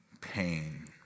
pain